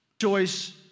Choice